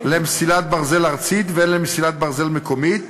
למסילת ברזל ארצית והן למסילת ברזל מקומית,